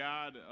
God